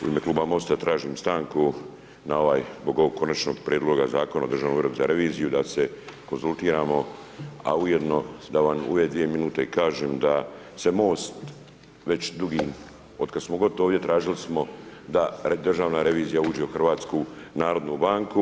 U ime kluba MOST-a tražim stanku zbog ovog Konačnog prijedloga Zakona o Državnom uredu za reviziju da se konzultiramo a ujedno da vam u ove 2 min kažem da se MOST već dugi, otkad smo god ovdje. tražili smo da Državna revizija u HNB.